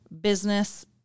business